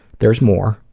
there's more.